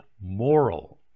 moral